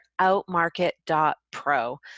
OutMarket.pro